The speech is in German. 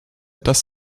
dass